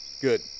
Good